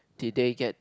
did they get